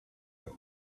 road